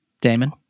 Damon